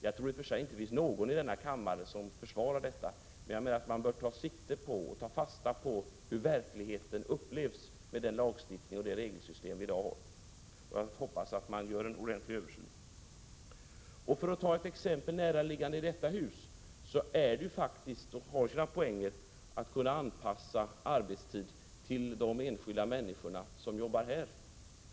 Jag tror inte att det finns någon i kammaren som försvarar detta, men jag menar att man bör ta fasta på hur verkligheten upplevs, med den lagstiftning och det regelsystem som vi i dag har. Jag hoppas att man skall göra en ordentlig översyn i detta sammanhang. Låt mig också ta ett exempel som är näraliggande i detta hus, nämligen anpassningen av arbetstiderna till de enskilda människor som jobbar här.